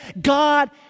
God